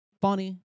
funny